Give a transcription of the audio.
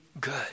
good